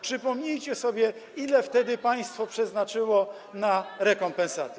przypomnijcie sobie, ile wtedy państwo przeznaczyło na rekompensaty.